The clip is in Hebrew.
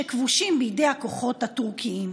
שכבושה בידי הכוחות הטורקיים?